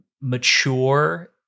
mature